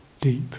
deep